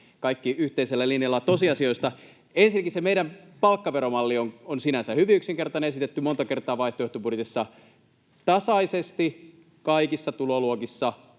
kaikki yhteisellä linjalla tosiasioista. Ensinnäkin se meidän palkkaveromallimme on sinänsä hyvin yksinkertainen, esitetty monta kertaa vaihtoehtobudjetissa: tasaisesti kaikissa tuloluokissa